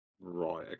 right